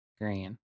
green